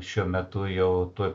šiuo metu jau tuoj